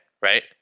right